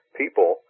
people